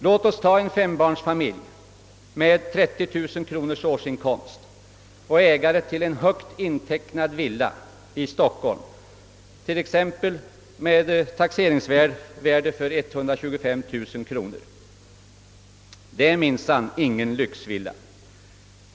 Låt oss som exempel ta en fembarnsfamilj med 30 000 kronor i årsinkomst och ägare till en högt intecknad villa i Stockholm, låt oss säga med taxeringsvärdet 125 000 kronor. Det är minsann ingen lyxvilla!